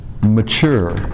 mature